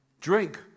drink